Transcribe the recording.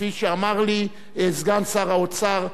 כפי שאמר לי סגן שר האוצר,